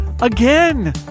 again